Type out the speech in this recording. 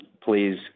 please